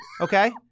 Okay